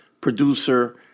producer